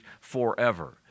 forever